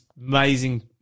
amazing